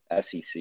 SEC